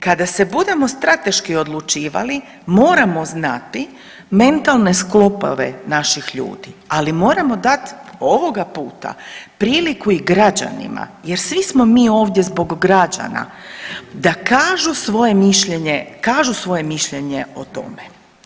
Kada se budemo strateški odlučivati moramo znati mentalne sklopove naših ljudi, ali moramo dat ovoga puta priliku i građanima jer svi smo mi ovdje zbog građana da kažu svoje mišljenje, kažu svoje mišljenje o tome.